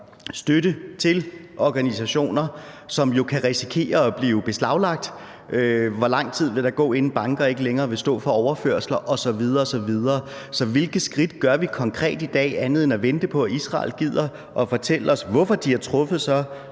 støtte til organisationer, som kan risikere at blive beslaglagt? Hvor lang tid vil der gå, inden banker ikke længere vil stå for overførsler osv. osv.? Så hvilke skridt tager vi konkret i dag andet end at vente på, at Israel gider fortælle os, hvorfor de har truffet så